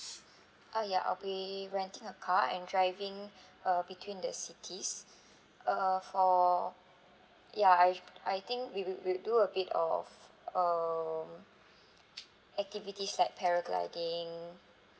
oh ya I'll be renting a car and driving uh between the cities uh for ya I I think we will we'll do a bit of um activities like paragliding